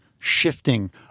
shifting